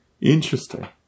interesting